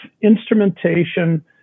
instrumentation